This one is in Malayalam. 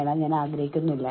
നമ്മൾ മനുഷ്യരാണ്